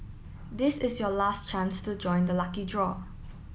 this is your last chance to join the lucky draw